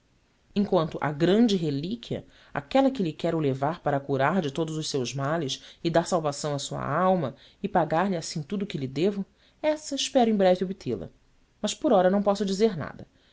quanto à grande relíquia aquela que lhe quero levar para a curar de todos os seus males e dar a salvação à sua alma e pagar-lhe assim tudo o que lhe devo essa espero em breve obtê-la mas por ora não posso dizer nada